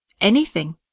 anything